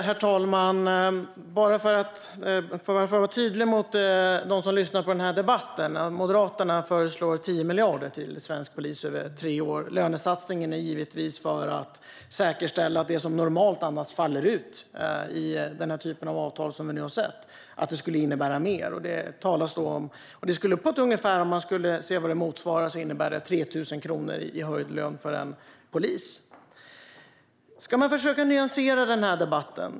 Herr talman! För att vara tydlig för dem som lyssnar på den här debatten vill jag säga att Moderaterna föreslår 10 miljarder till svensk polis över tre år. Lönesatsningen görs givetvis för att säkerställa det som normalt annars faller ut i den här typen av avtal som vi har sett och att det skulle innebära mer. Det skulle på ett ungefär motsvara 3 000 kronor i höjd lön för en polis. Ska man försöka nyansera den här debatten?